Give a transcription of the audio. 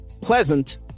pleasant